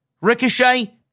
Ricochet